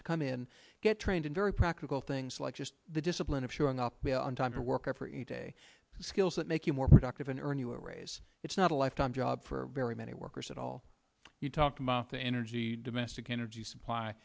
to come in get trained in very practical things like just the discipline of showing up on time for work every day skills that make you more productive and earn you a raise it's not a lifetime job for very many workers at all you talked about the energy domestic energy supply